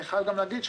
אני חייב גם להגיד,